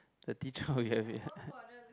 the teacher will be like